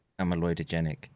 amyloidogenic